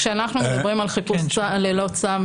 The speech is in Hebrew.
כשאנחנו מדברים על חיפוש ללא צו,